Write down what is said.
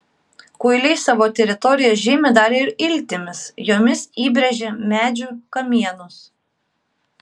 kuiliai savo teritoriją žymi dar ir iltimis jomis įbrėžia medžių kamienus